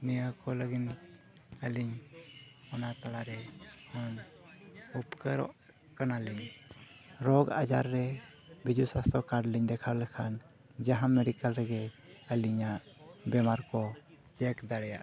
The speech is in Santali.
ᱱᱤᱭᱟᱹ ᱠᱚ ᱞᱟᱹᱜᱤᱫ ᱟᱹᱞᱤᱧ ᱚᱱᱟ ᱛᱟᱞᱟᱨᱮ ᱟᱨ ᱩᱯᱠᱟᱹᱨᱚᱜ ᱠᱟᱱᱟᱞᱤᱧ ᱨᱳᱜᱽ ᱟᱡᱟᱨ ᱨᱮ ᱵᱤᱡᱩ ᱥᱟᱥᱛᱷᱚ ᱠᱟᱨᱰ ᱞᱤᱧ ᱫᱮᱠᱷᱟᱣ ᱞᱮᱠᱷᱟᱱ ᱡᱟᱦᱟᱸ ᱢᱮᱰᱤᱠᱮᱞ ᱨᱮᱜᱮ ᱟᱹᱞᱤᱧᱟᱜ ᱵᱤᱢᱟᱨ ᱠᱚ ᱪᱮᱠ ᱫᱟᱲᱮᱭᱟᱜ ᱠᱟᱱᱟ